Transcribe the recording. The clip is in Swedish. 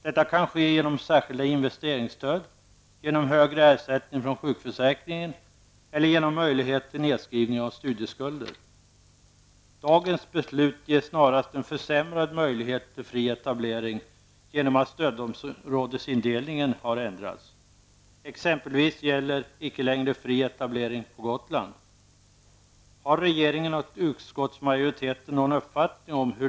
Detta kan ske genom särskilda investeringsstöd, genom högre ersättning från sjukförsäkringen eller genom möjlighet till nedskrivning av studieskulder. Det beslut som kommer att fattas i dag ger snarast en försämrad möjlighet till fri etablering genom att stödområdesindelningen kommer att ändras. Herr talman!